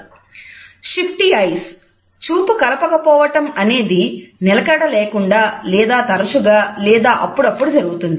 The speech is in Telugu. షిఫ్టీ అయిస్ చూపు కలపకపోవటం అనేది నిలకడ లేకుండా లేదా తరచుగా లేదా అప్పుడప్పుడు జరుగుతుంది